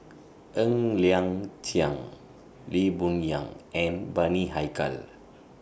Ng Liang Chiang Lee Boon Yang and Bani Haykal